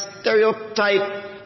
stereotype